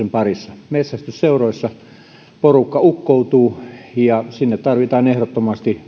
harrastuksen parissa metsästysseuroissa porukka ukkoutuu ja sinne tarvitaan ehdottomasti